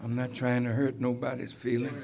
i'm not trying to hurt nobody's feeling